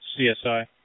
CSI